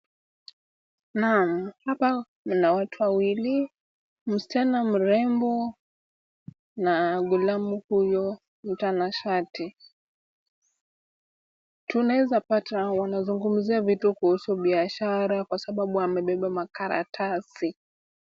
Naam! Hapa kuna watu wawili, msichana mrembo na ghulamu huyo mtanashati. Tunaeza pata wanazungumzia vitu kuhusu biashara kwa sababu wamebeba makaratasi.